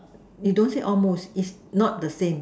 you don't say almost it's not the same